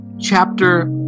chapter